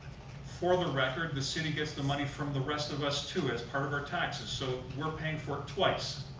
for the record, the city gets the money from the rest of us too, as part of our taxes. so, we're paying for it twice.